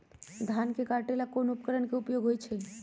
धान के काटे का ला कोंन उपकरण के उपयोग होइ छइ?